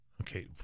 Okay